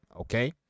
Okay